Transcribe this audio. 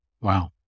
Wow